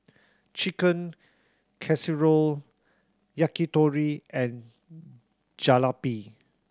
Chicken Casserole Yakitori and Jalebi